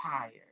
tired